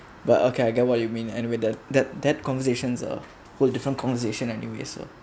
but okay I get what you mean and with the that that conversations uh hold different conversation and you also